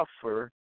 suffer